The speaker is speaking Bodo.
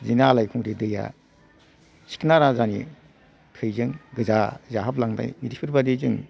बिदिनो आलायखुंग्रि दैया सिखोना राजानि थैजों गोजा जाहाबलांनाय बेफोरबायदि जों